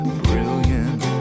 brilliant